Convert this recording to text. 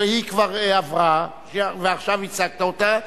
שהיא כבר עברה ועכשיו הצגת אותה.